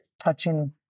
touching